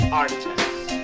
artists